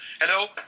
Hello